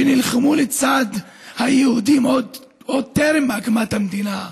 שנלחמו לצד היהודים עוד טרם הקמת המדינה.